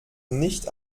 nicht